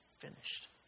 finished